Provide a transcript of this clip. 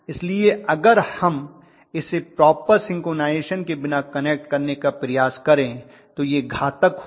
इसलिए अगर हम इसे प्रॉपर सिंक्रनाइज़ेशन के बिना कनेक्ट करने का प्रयास करें तो यह घातक होगा